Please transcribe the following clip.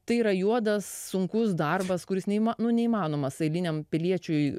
tai yra juodas sunkus darbas kuris nu neįmanomas eiliniam piliečiui